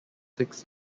six